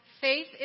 faith